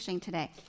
today